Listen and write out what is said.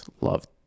loved